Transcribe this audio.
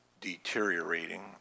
deteriorating